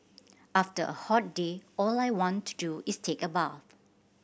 after a hot day all I want to do is take a bath